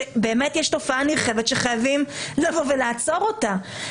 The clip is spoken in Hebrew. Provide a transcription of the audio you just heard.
שבאמת יש תופעה נרחבת שחייבים לבוא ולעצור אותה.